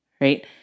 right